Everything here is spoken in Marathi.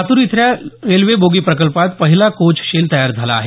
लातूर इथल्या रेल्वे बोगी प्रकल्पात पहिला कोच शेल तयार झाला आहे